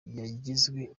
yagizwe